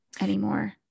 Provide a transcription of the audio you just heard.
anymore